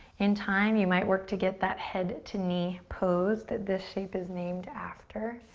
in time you might work to get that head to knee pose that this shape is named after.